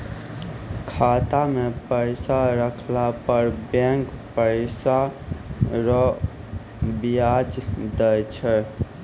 खाता मे पैसा रहला पर बैंक पैसा रो ब्याज दैय छै